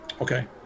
Okay